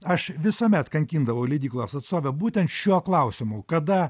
aš visuomet kankindavau leidyklos atstovę būtent šiuo klausimu kada